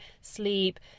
sleep